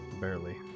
barely